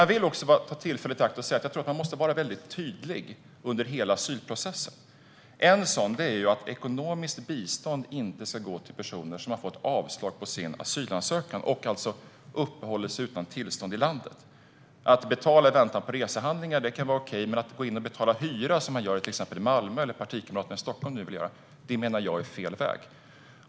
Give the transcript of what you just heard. Jag vill ta tillfället i akt och säga att man måste vara väldigt tydlig under hela asylprocessen. Ekonomiskt bistånd ska inte gå till personer som har fått avslag på sin asylansökan och som alltså uppehåller sig utan tillstånd i landet. Att betala i väntan på resehandlingar kan vara okej, men att gå in och betala hyra som man gör i exempelvis Malmö eller som ministerns partikamrater i Stockholm nu vill göra menar jag är fel väg.